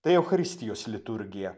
tai eucharistijos liturgija